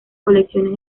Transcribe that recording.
colecciones